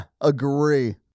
Agree